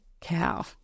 cow